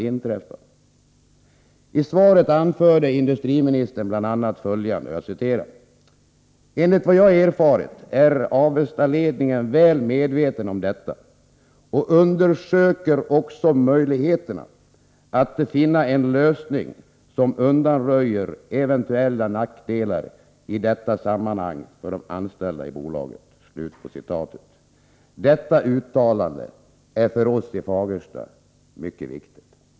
I svaret anför industriministern bl.a. följande: ”Enligt vad jag har erfarit är Avestaledningen väl medveten om detta och undersöker också möjligheterna att finna en lösning som undanröjer eventuella nackdelar i detta sammanhang för de anställda i bolaget.” Detta uttalande är för oss i Fagersta mycket viktigt.